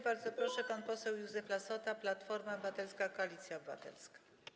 Bardzo proszę, pan poseł Józef Lassota, Platforma Obywatelska - Koalicja Obywatelska.